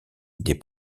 des